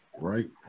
right